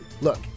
Look